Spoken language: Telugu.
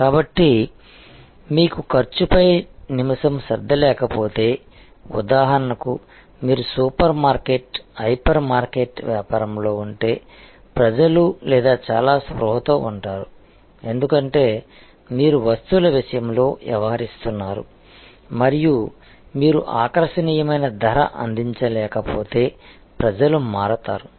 కాబట్టి మీకు ఖర్చుపై నిమిషం శ్రద్ధ లేకపోతే ఉదాహరణకు మీరు సూపర్ మార్కెట్ హైపర్ మార్కెట్ వ్యాపారంలో ఉంటే ప్రజలు లేదా చాలా స్పృహతో ఉంటారు ఎందుకంటే మీరు వస్తువుల విషయంలో వ్యవహరిస్తున్నారు మరియు మీరు ఆకర్షణీయమైన ధర అందించలేకపోతే ప్రజలు మారతారు